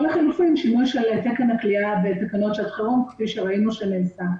או לחלופין שינוי של תקן הכליאה בתקנות שעת חירום כפי שראינו שנעשה.